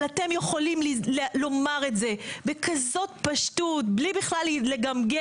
אבל אתם יכולים לומר את זה בכזאת פשטות בלי בכלל לגמגם,